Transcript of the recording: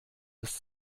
des